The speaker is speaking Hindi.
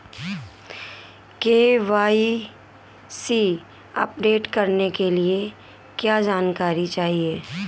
के.वाई.सी अपडेट करने के लिए क्या जानकारी चाहिए?